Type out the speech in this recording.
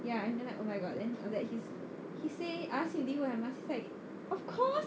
ya and then like oh my god then after that he's he say I ask him did you wear your mask he was like of course